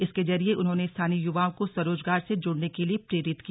इसके जरिए उन्होंने स्थानीय युवाओं को स्वरोजगार से जुड़ने के लिए प्रेरित किया